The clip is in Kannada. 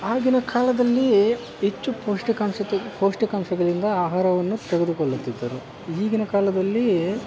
ಆಗಿನ ಕಾಲದಲ್ಲಿ ಹೆಚ್ಚು ಪೌಷ್ಟಿಕಾಂಶತೆ ಪೌಷ್ಟಿಕಾಂಶಗಳಿಂದ ಆಹಾರವನ್ನು ತೆಗೆದುಕೊಳ್ಳುತ್ತಿದ್ದರು ಈಗಿನ ಕಾಲದಲ್ಲಿ